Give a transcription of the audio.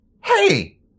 hey